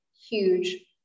huge